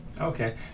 Okay